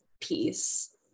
piece